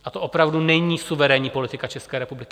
A to opravdu není suverénní politika České republiky.